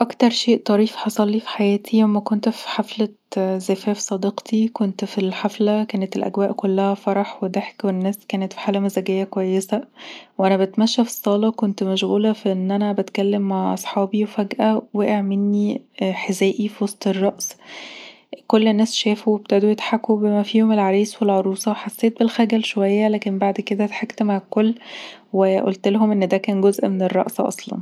أكثر شيء طريف حصل لي في حياتي لما كنت في حفلة زفاف صديقتي كنت في الحفلة كانت الاجواء كلها فرح وضحك والناس مانت في حاله مزاجيه كويسه وانا بتمشي في الصاله كنت مشغوله في ان انا بتكلم مع اصحابي وفجأه وقع مني حذائي في وسط الرقص كل الناس شافوا وابتدوا يضحكوا بما فيهم العريس والعروسه حسيت بالخجل شويه لكن بعد كده ضحكت مع الكل وقولتلهم ان ده كان جزء من الرقصة اصلا